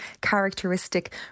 characteristic